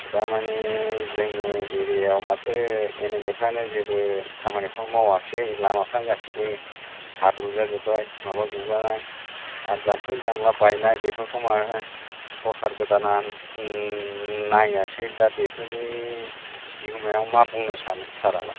दामानि जोंनि एरियायाव माथो एम एल ए फ्रानो जेबो खामानिखौनो मावासै लामाफ्रानो गासिबो हाब्रु जाजोब्बाय माबा गुगानाय आर जाम्फै जामला बायनाय बेफोरखौ मानो सरकार गोदाना नायासै दा बेफोरनि बिहोमायाव मा बुंनो सानो सारालाय